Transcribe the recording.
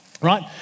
right